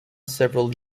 several